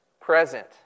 present